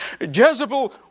Jezebel